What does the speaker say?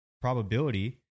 probability